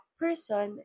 person